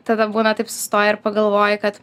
tada būna taip sustoji ir pagalvoji kad